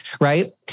Right